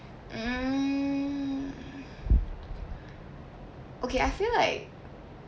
mm okay I feel like